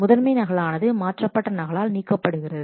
முதன்மை நகல் ஆனது மாற்றப்பட்ட நகல் ஆல் நீக்கப்படுகிறது